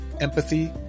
empathy